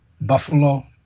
buffalo